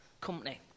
company